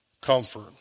comfort